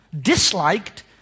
disliked